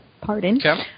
pardon